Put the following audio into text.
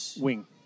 Wing